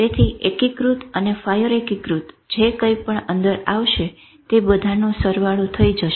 તેથી એકીકૃત અને ફાયર એકીકૃત જે કંઈપણ અંદર આવશે તે બધાનો સરવાળો થઇ જશે